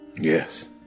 Yes